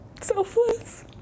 Selfless